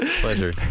Pleasure